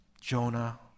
Jonah